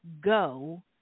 go